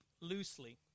loosely